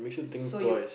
so you